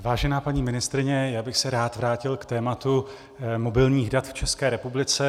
Vážená paní ministryně, já bych se rád vrátil k tématu mobilních dat v České republice.